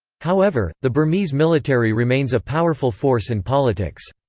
however, the burmese military remains a powerful force in politics.